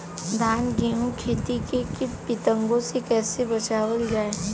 धान गेहूँक खेती के कीट पतंगों से कइसे बचावल जाए?